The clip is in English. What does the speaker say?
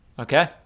Okay